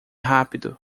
rápido